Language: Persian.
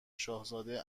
شاهزاده